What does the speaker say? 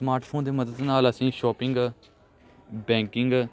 smart phone ਦੀ ਮਦਦ ਨਾਲ ਅਸੀਂ ਸ਼ੋਪਿੰਗ ਬੈਂਕਿੰਗ